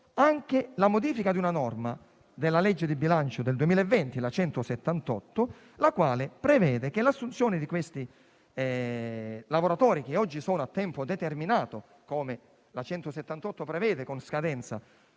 anche la modifica di una norma contenuta nella legge di bilancio del 2020 (legge n. 178), la quale prevede che l'assunzione di questi lavoratori, che oggi sono a tempo determinato (come la suddetta prevede, con scadenza